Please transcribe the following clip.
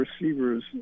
receivers